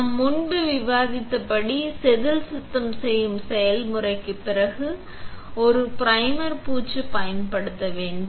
நாம் முன்பு விவாதித்தபடி செதில் சுத்தம் செய்யும் செயல்முறைக்குப் பிறகு ஒரு ப்ரைமர் பூச்சு பயன்படுத்த வேண்டும்